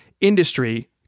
industry